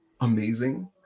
amazing